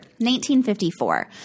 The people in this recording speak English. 1954